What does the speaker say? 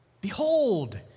Behold